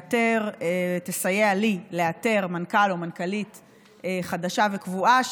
שתסייע לי לאתר מנכ"ל או מנכ"לית חדשה וקבועה.